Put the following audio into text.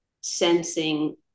sensing